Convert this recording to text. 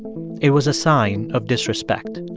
it was a sign of disrespect.